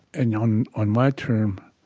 and on on my term,